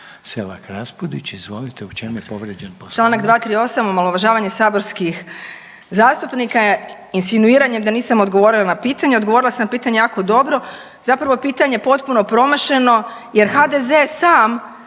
Selak Raspudić. Izvolite, u čem je povrijeđen Poslovnik?